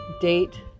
Date